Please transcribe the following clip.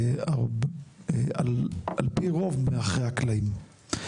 על פי רוב מאחורי הקלעים,